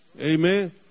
Amen